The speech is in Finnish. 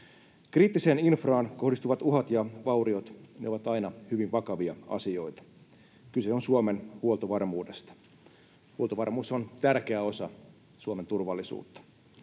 Kriittiseen infraan kohdistuvat uhat ja vauriot ovat aina hyvin vakavia asioita. Kyse on Suomen huoltovarmuudesta. Huoltovarmuus on tärkeä osa Suomen turvallisuutta.